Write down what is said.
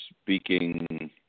speaking